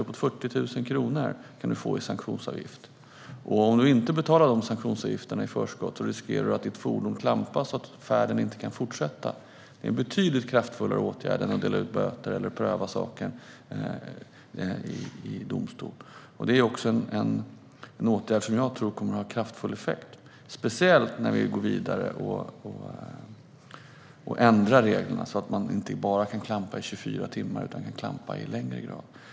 Du kan få uppemot 40 000 kronor i sanktionsavgift. Och om du inte betalar sanktionsavgiften i förskott riskerar du att ditt fordon klampas så att färden inte kan fortsätta. Det är en betydligt kraftfullare åtgärd än att dela ut böter eller pröva saken i domstol. Det är en åtgärd som jag tror kommer att ha en kraftfull effekt, speciellt när vi går vidare och ändrar reglerna så att man inte kan klampa bara i 24 timmar utan en längre tid.